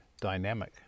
dynamic